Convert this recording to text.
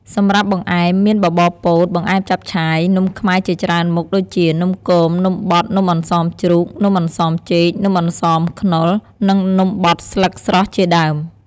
សម្រាប់បង្អែម មានបបរពោត បង្អែមចាប់ឆាយ នំខ្មែរជាច្រើនមុខ ដូចជា នំគម នំបត់ នំអន្សមជ្រូក នំអន្សមចេក នំអន្សមខ្នុរ និងនំបត់ស្លឹកស្រស់ជាដើម។។